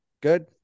good